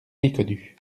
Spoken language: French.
méconnu